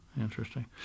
interesting